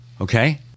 Okay